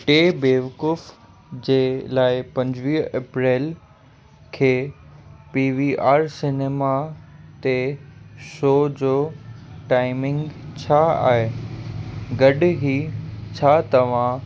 टे बेवकूफ जे लाइ पंजवीह अप्रैल खे पी वी आर सिनेमा ते शो जो टाइमिंग छा आहे गॾु ई छा तव्हां